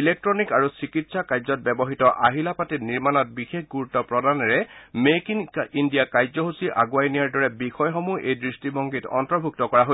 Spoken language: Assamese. ইলেকট্টনিক আৰু চিকিৎসা কাৰ্য্যত ব্যৱহৃত আহিলা পাতি নিৰ্মাণত বিশেষ গুৰুত্ব প্ৰদানেৰে মেক ইন ইণ্ডিয়া কাৰ্য্যসূচী আগুৱাই নিয়াৰ দৰে বিষয়সমূহ এই দৃষ্টিভংগীত অন্তৰ্ভুক্ত কৰা হৈছে